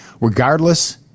regardless